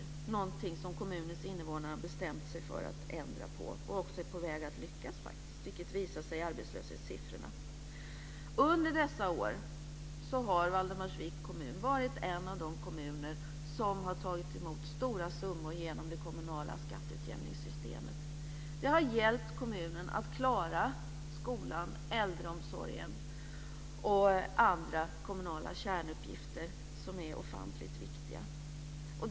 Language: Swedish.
Det är någonting som kommunens invånare har bestämt sig för att ändra på, och det är på väg att lyckas. Det har visat sig i arbetslöshetssiffrorna. Under dessa år har Valdemarsviks kommun varit en av de kommuner som har tagit emot stora summor genom det kommunala skatteutjämningssystemet. Det har hjälpt kommunen att klara skolan, äldreomsorgen och andra kommunala kärnuppgifter som är ofantligt viktiga.